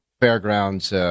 fairgrounds